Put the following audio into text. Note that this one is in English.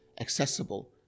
accessible